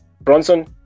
Bronson